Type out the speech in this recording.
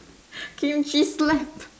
kimchi slap